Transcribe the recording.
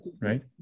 Right